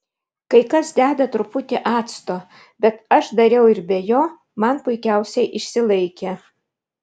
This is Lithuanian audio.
kai kas deda truputį acto bet aš dariau ir be jo man puikiausiai išsilaikė